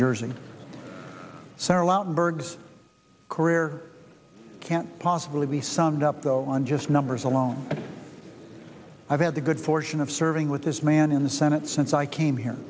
lautenberg career can't possibly be summed up though on just numbers alone i've had the good fortune of serving with this man in the senate since i came here